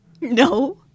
No